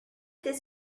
this